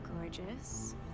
gorgeous